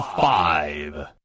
five